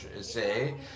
say